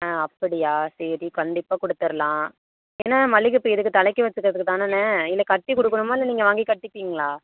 ஆ அப்படியா சரி கண்டிப்பாக கொடுத்துரலாம் ஏண்ணா மல்லிகைப்பூ எதுக்கு தலைக்கி வெச்சுக்கிறதுக்கு தானண்ணே இல்லை கட்டி கொடுக்கணுமா இல்லை நீங்கள் வாங்கி கட்டிப்பீங்களா